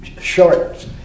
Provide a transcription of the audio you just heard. short